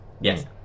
Yes